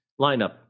lineup